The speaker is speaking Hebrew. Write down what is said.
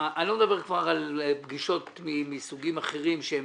אני לא מדבר על פגישות מסוגים אחרים שהם